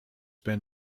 been